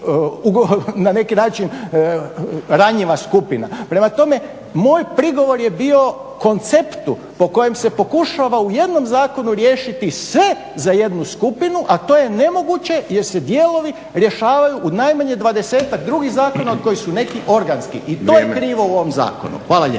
na neki način ranjiva skupina, prema tome moj prigovor je bio konceptu po kojem se pokušavao u jednom zakonu riješiti sve za jednu skupinu, a to je nemoguće jer se dijelovi rješavaju u najmanje 20-ak drugih zakona od kojih su neki organski. I to je krivo u ovom zakonu. Hvala lijepo.